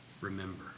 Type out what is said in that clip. remember